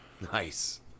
Nice